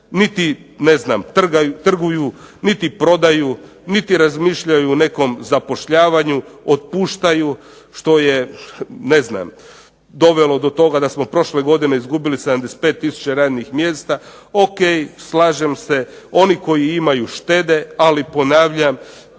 niti ne znam trguju, niti prodaju, niti razmišljaju o nekom zapošljavanju, otpuštaju što je ne znam dovelo do toga da smo prošle godine izgubili 75 radnih mjesta. Ok, slažem se, oni koji imaju štede, ali ponavljam